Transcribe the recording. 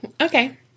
Okay